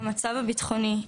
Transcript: המצב הביטחוני,